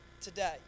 today